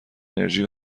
انرژی